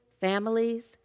families